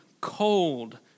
cold